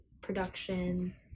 production